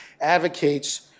advocates